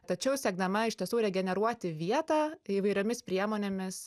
tačiau siekdama iš tiesų regeneruoti vietą įvairiomis priemonėmis